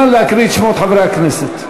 נא להקריא את שמות חברי הכנסת.